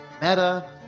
Meta